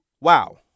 Wow